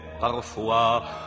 parfois